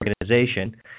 organization